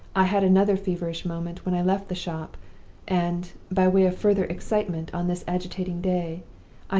i had another feverish moment when i left the shop and, by way of further excitement on this agitating day,